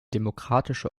demokratische